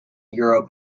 euro